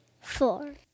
four